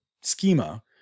schema